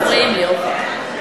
אתם מפריעים לי, עפר.